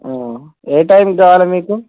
ఏ టైంకి కావాలి మీకు